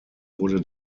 wurde